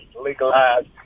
legalized